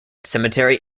cemetery